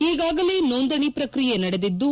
ಈಗಾಗಲೇ ನೋಂದಣಿ ಪ್ರಕ್ರಿಯೆ ನಡೆದಿದ್ದು